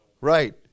Right